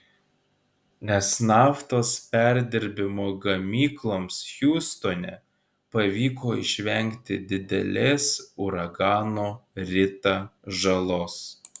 nes naftos perdirbimo gamykloms hiūstone pavyko išvengti didelės uragano rita žalos